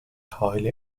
highly